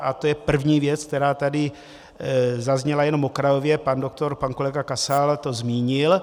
A to je první věc, která tady zazněla jen okrajově, pan doktor, pan kolega Kasal to zmínil.